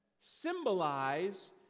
symbolize